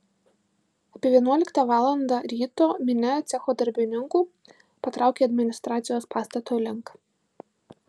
apie vienuoliktą valandą ryto minia cecho darbininkų patraukė administracijos pastato link